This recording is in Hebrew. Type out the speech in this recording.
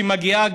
שגם היא מגיעה,